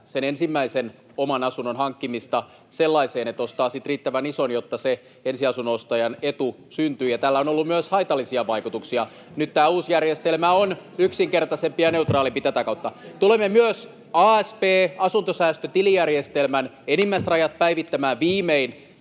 sen ensimmäisen oman asunnon hankkimista siihen, että ostaa sitten riittävän ison, jotta se ensiasunnon ostajan etu syntyy. Tällä on ollut myös haitallisia vaikutuksia. Nyt tämä uusi järjestelmä on yksinkertaisempi ja neutraalimpi tätä kautta. Tulemme myös asp-asuntosäästötilijärjestelmän enimmäisrajat päivittämään [Puhemies